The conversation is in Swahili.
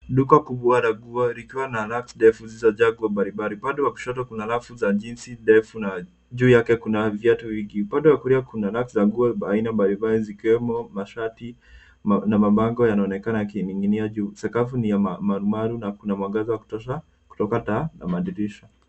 Duka kubwa la nguo , likiwa na racks ndefu zilizojaa nguo mbalimbali. Upande wa kushoto kuna rafu za jeans ndefu , juu yake kuna viatu vingi. Upande wa kulia kuna racks za nguo aina mbalimbali, zikiwemo mashati na mabango yanaonekana yakining'inia juu. Sakafu ni ya marumaru na kuna mwangaza wa kutosha kutoka taa na madirisha.